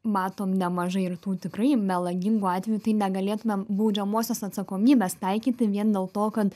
matom nemažai ir tų tikrai melagingų atvejų tai negalėtumėm baudžiamosios atsakomybės taikyti vien dėl to kad